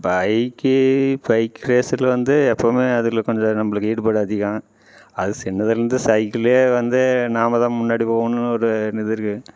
bike bike ரேஸ்ஸில் வந்து எப்பவுமே அதில் கொஞ்சம் நம்மளுக்கு ஈடுபாடு அதிகம் அது சின்னதிலேருந்து சைக்கிள்ளே வந்து நாம் தான் முன்னாடி போகணுன்னு ஒரு இது இருக்குது